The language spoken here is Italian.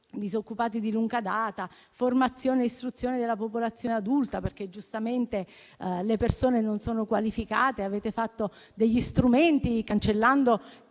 disoccupati di lunga data, di formazione e istruzione della popolazione adulta, perché, giustamente, le persone non sono qualificate e quindi avete previsto alcuni strumenti, cancellando